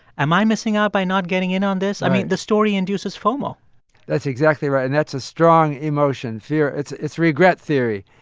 am i missing out by not getting in on this? i mean, the story induces fomo that's exactly right, and that's a strong emotion, fear. it's it's regret theory.